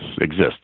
exists